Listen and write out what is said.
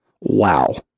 Wow